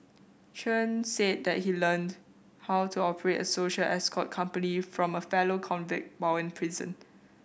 Chen said that he learned how to operate a social escort company from a fellow convict while in prison